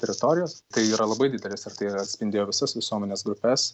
teritorijos tai yra labai didelis ir tai atspindėjo visas visuomenės grupes